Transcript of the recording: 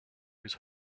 his